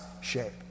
shape